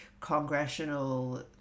congressional